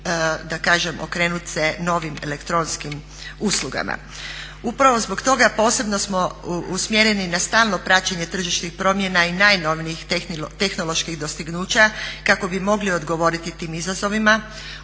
da kažem okrenuti se novim elektronskim uslugama. Upravo zbog toga posebno smo usmjereni na stalno praćenje tržišnih promjena i najnovijih tehnoloških dostignuća kako bismo mogli odgovoriti tim izazovima.